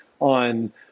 on